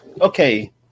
okay